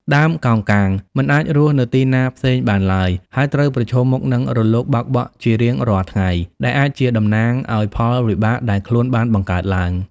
ដើមកោងកាងមិនអាចរស់នៅទីណាផ្សេងបានឡើយ ហើយត្រូវប្រឈមមុខនឹងរលកបោកបក់ជារៀងរាល់ថ្ងៃ ដែលអាចជាតំណាងឲ្យផលវិបាកដែលខ្លួនបានបង្កើតឡើង។